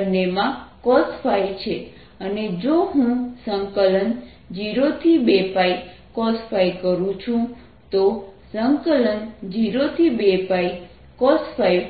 બંનેમાં cosϕ છે અને જો હું 02πcosϕ કરું છું તો 02πcosϕ